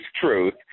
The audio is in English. Truth